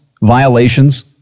violations